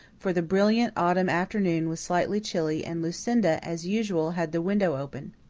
for the brilliant autumn afternoon was slightly chilly and lucinda, as usual, had the window open.